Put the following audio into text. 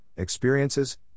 Experiences